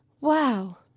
Wow